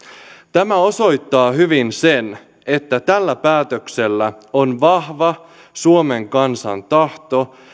tämä osoittaa hyvin sen että tällä päätöksellä on vahva suomen kansan tahto